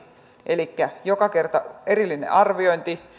elikkä joka kerta erillinen arviointi